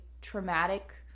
traumatic